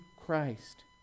Christ